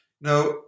Now